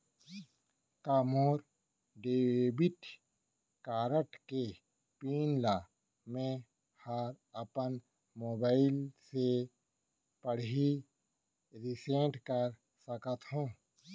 का मोर debit card के पिन ल मैं ह अपन मोबाइल से पड़ही रिसेट कर सकत हो?